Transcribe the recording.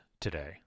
today